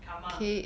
karma